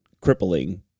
crippling